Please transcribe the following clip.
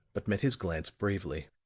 but met his glance bravely.